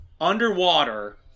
underwater